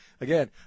Again